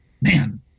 Man